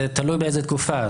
זה תלוי באיזה תקופה.